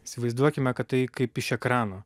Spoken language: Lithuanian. įsivaizduokime kad tai kaip iš ekrano